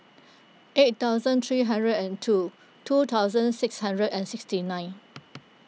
eight thousand three hundred and two two thousand six hundred and sixty nine